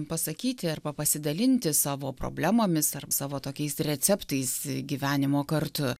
pasakyti arba pasidalinti savo problemomis ar savo tokiais receptais gyvenimo kartu